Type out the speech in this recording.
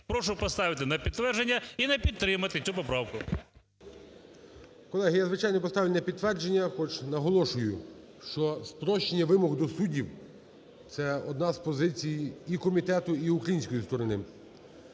Прошу поставити на підтвердження і не підтримати цю поправку. ГОЛОВУЮЧИЙ. Колеги, я, звичайно, поставлю на підтвердження. Хоч наголошую, що спрощення вимог до суддів – це одна з позицій і комітету, і української сторони